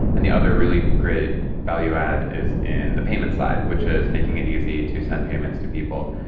and the other really great value add is in the payment side, which is making it easy to send payments to people.